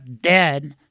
dead